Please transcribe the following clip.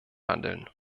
handeln